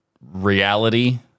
reality-